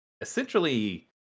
essentially